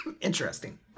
interesting